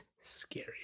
scary